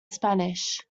spanish